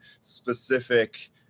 specific